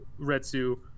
Retsu